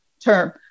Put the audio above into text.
term